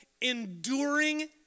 enduring